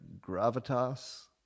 gravitas